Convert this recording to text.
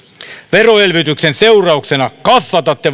veroelvytyksen seurauksena kasvatatte